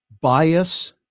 bias